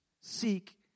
seek